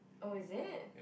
oh is it